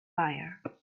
fire